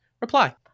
reply